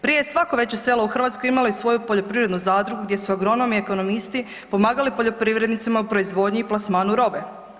Prije je svako veće selo u Hrvatskoj imalo i svoju poljoprivrednu zadrugu gdje su agronomi, ekonomisti pomagali poljoprivrednicima u proizvodnji i plasmanu robe.